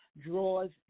draws